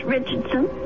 Richardson